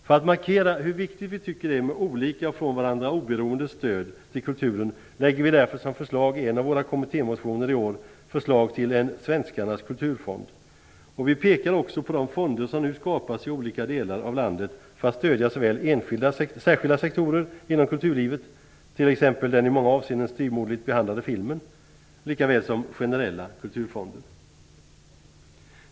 För att markera hur viktigt vi tycker att det är med olika och från varandra oberoende stöd till kulturen föreslår vi i en av våra kommittémotioner i år en "svenskarnas kulturfond", och vi pekar också på de fonder som nu skapas i olika delar av landet för att stödja såväl särskilda sektorer inom kulturlivet, t.ex. den i många avseenden styvmoderligt behandlade filmen, som generella kulturfonder.